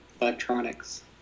electronics